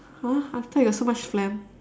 !huh! I thought you have so much phlegm